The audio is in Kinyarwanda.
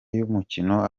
y’umukino